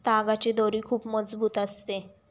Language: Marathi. तागाची दोरी खूप मजबूत असते